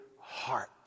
heart